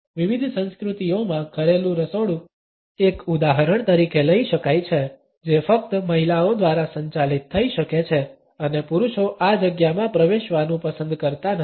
વિવિધ સંસ્કૃતિઓમાં ઘરેલું રસોડું એક ઉદાહરણ તરીકે લઈ શકાય છે જે ફક્ત મહિલાઓ દ્વારા સંચાલિત થઈ શકે છે અને પુરુષો આ જગ્યામાં પ્રવેશવાનું પસંદ કરતા નથી